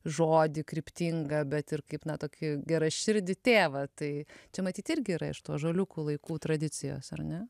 žodį kryptingą bet ir kaip na tokį geraširdį tėvą tai čia matyt irgi yra iš tų ąžuoliukų laikų tradicijos ar ne